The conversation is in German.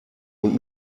und